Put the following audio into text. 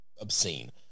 obscene